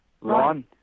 Ron